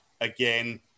again